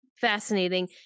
fascinating